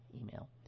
email